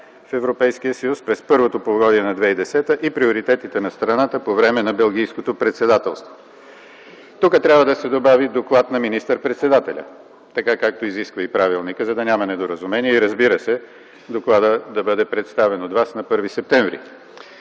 „в Европейския съюз през първото полугодие на 2010 г. и приоритетите на страната по време на Белгийското председателство”. Тук трябва да се добави – „Доклад на министър-председателя”, така както изисква и Правилникът, за да няма недоразумение и, разбира се, докладът да бъде представен от Вас на 1 септември.